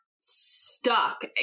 stuck